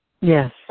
Yes